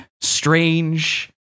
strange